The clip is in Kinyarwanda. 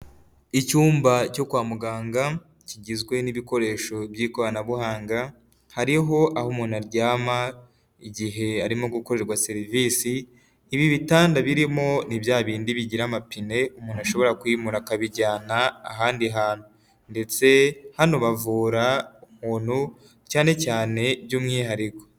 Icyumba cyo kwa muganga kigizwe n'ibikoresho by'ikoranabuhanga, hariho aho umuntu aryama igihe arimo gukorerwa serivisi, ibi bitanda birimo ni bya bindi bigira amapine umuntu ashobora kwimura akabijyana ahandi hantu ndetse hano bavura umuntu cyane cyane by'umwihariko.